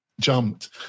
jumped